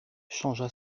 changea